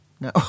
No